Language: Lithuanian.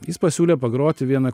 jis pasiūlė pagroti vieną